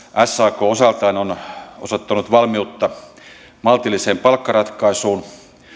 sak osaltaan on osoittanut valmiutta maltilliseen palkkaratkaisuun